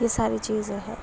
یہ ساری چیزیں ہے